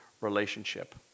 relationship